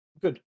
Good